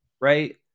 right